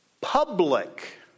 public